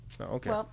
Okay